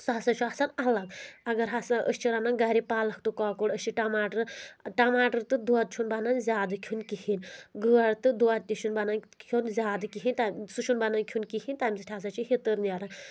سُہ ہسا چھُ آسان الگ اگر ہسا أسۍ چھِ رنان گرِ پَلک تہٕ کۄکُر أسۍ چھِ ٹماٹر ٹماٹر تہٕ دۄد چھُنہٕ بَنان زیادٕ کھیٚون کِہیٖنۍ گاڈ تہٕ دۄد تہِ چھُنہٕ بنان کھیٚون زیادٕ کِہیٖنۍ تَمہِ سُہ چھُنہٕ بَنان کھیٚون کِہیٖنۍ تَمہِ سۭتۍ ہسا چھُ ہِتر نیران